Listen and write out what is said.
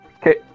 Okay